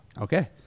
Okay